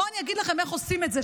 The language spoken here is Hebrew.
בואו, אני אגיד לכם איך עושים את זה.